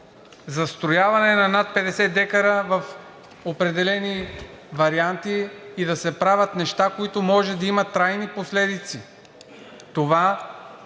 застрояване над 50 дка в определени варианти и да се правят неща, които могат да имат трайни последици. Това